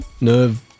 nerve